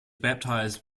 baptised